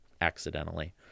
accidentally